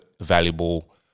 valuable